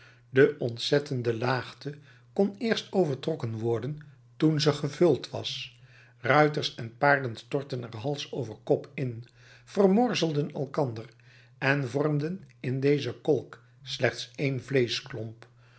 de ontzettende laagte kon eerst overgetrokken worden toen ze gevuld was ruiters en paarden stortten er hals over kop in vermorzelden elkander en vormden in dezen kolk slechts één